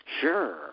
Sure